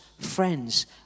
friends